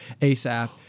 asap